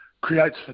creates